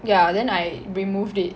ya then I removed it